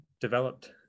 developed